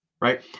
Right